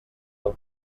del